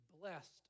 blessed